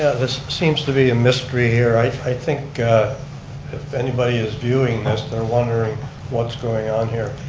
ah this seems to be a mystery here. i i think if anybody is viewing this they're wondering what's going on here.